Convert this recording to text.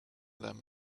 them